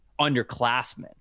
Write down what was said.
underclassmen